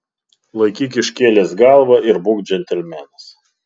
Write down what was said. laikyk iškėlęs galvą ir būk džentelmenas